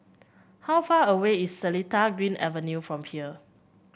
how far away is Seletar Green Avenue from here